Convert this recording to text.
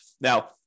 Now